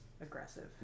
aggressive